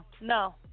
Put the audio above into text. No